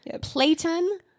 platon